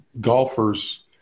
golfers